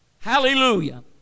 Hallelujah